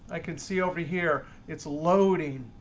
i can see over here, it's loading,